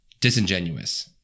disingenuous